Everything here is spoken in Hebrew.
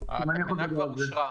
כי הגענו קצת מאוחר.